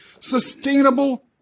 sustainable